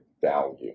value